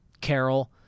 carol